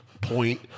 point